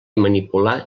manipular